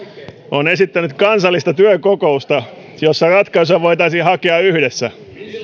on esittänyt kansallista työkokousta jossa ratkaisuja voitaisiin hakea yhdessä